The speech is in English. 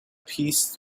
peace